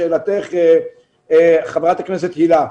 לשאלתך, חברת הכנסת הילה וזאן.